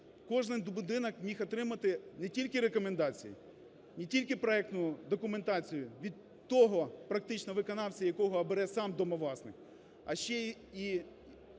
кожен будинок міг отримати не тільки рекомендацію, не тільки проектну документацію від того, практично, виконавця, якого обере сам домовласник, а ще й